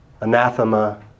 anathema